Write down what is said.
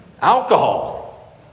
alcohol